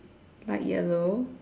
light yellow